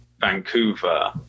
Vancouver